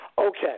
Okay